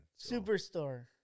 superstore